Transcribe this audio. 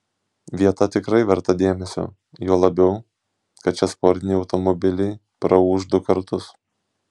vieta tikrai verta dėmesio juo labiau kad čia sportiniai automobiliai praūš du kartus